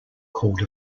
called